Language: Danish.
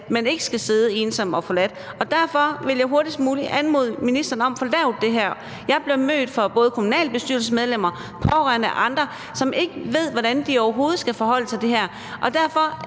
at de ikke skal sidde ensomme og forladte. Derfor vil jeg anmode ministeren om hurtigst muligt at få lavet det her. Jeg bliver mødt af både kommunalbestyrelsesmedlemmer, pårørende og andre, som ikke ved, hvordan de overhovedet skal forholde sig til det her, for